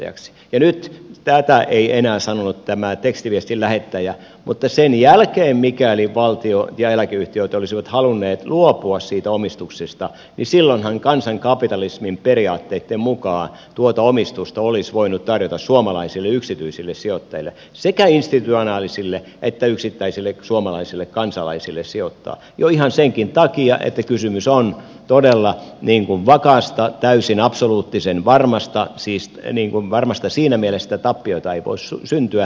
ja nyt tätä ei enää sanonut tämä tekstiviestin lähettäjä sen jälkeen mikäli valtio ja eläkeyhtiöt olisivat halunneet luopua siitä omistuksesta silloinhan kansan kapitalismin periaatteitten mukaan tuota omistusta olisi voinut tarjota suomalaisille yksityisille sijoittajille sekä institutionaalisille sijoittajille että yksittäisille suomalaisille kansalaisille jo ihan senkin takia että kysymys on todella vakaasta täysin absoluuttisen varmasta tuotosta siis varmasta siinä mielessä että tappiota ei voi syntyä